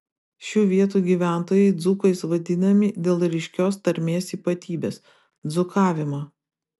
šių vietų gyventojai dzūkais vadinami dėl ryškios tarmės ypatybės dzūkavimo